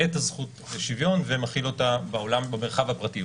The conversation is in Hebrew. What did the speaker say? את הזכות לשוויון ומחיל אותה במרחב הפרטי.